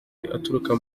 uturuka